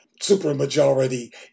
supermajority